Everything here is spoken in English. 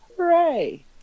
Hooray